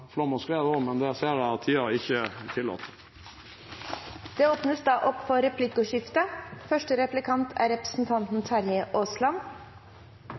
flom og skred også, men det ser jeg at tiden ikke tillater. Det blir replikkordskifte. For